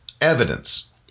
evidence